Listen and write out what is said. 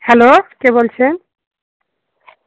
hello কে বলছেন